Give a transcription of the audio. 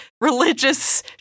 religious